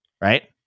Right